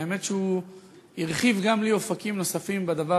והאמת שהוא שהרחיב גם לי אופקים נוספים בדבר